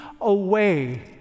away